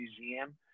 museum